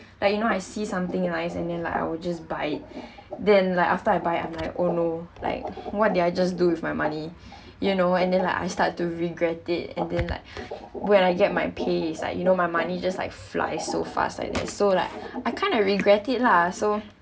like you know I see something nice and then like I will just buy it then like after I buy I'm like oh no like what did I just do with my money you know and then like I start to regret it and then like when I get my pay is like you know my money just like fly so fast like that so like I kind of regret it lah so